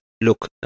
look